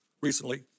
recently